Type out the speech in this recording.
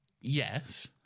Yes